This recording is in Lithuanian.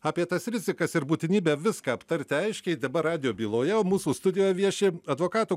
apie tas rizikas ir būtinybę viską aptarti aiškiai dabar radijo byloje o mūsų studijoje vieši advokatų